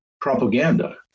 propaganda